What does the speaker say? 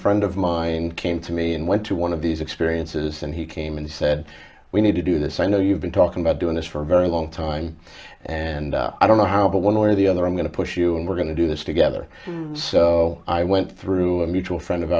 friend of mine came to me and went to one of these experiences and he came and said we need to do this i know you've been talking about doing this for a very long time and i don't know how but one way or the other i'm going to push you and we're to do this together so i went through a mutual friend of